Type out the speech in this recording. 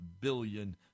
billion